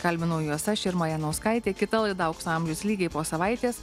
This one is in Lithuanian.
kalbinau juos aš irma janauskaitė kita laida aukso amžius lygiai po savaitės